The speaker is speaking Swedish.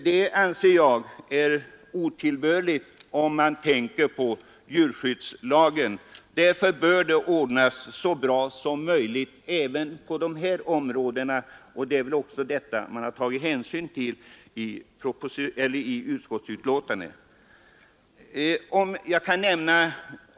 Det anser jag är otillbörligt med tanke på djurskyddslagen. Därför bör det ordnas så bra som möjligt även i de här områdena. Utskottet har väl också tagit hänsyn till sådana här omständigheter i sitt betänkande.